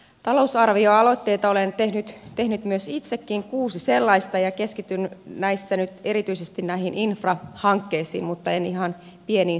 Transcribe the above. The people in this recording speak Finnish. talousarvioaloitteita olen tehnyt itsekin kuusi sellaista ja keskityn näissä nyt erityisesti näihin infrahankkeisiin mutta en ihan pieneen siltarumpupolitikointiin